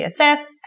CSS